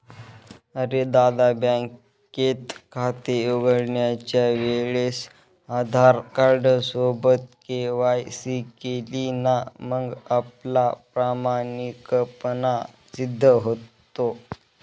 अरे दादा, बँकेत खाते उघडण्याच्या वेळेस आधार कार्ड सोबत के.वाय.सी केली ना मग आपला प्रामाणिकपणा सिद्ध होतो